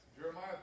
Jeremiah